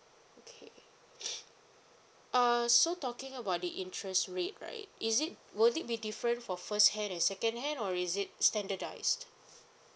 okay uh so talking about the interest rate right is it will it be different for first hand and second hand or is it standardised